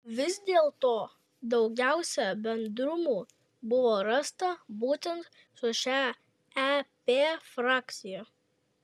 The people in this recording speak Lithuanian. vis dėlto daugiausiai bendrumų buvo rasta būtent su šia ep frakcija